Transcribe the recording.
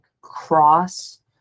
cross